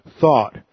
thought